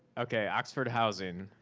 okay, oxford housing.